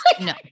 No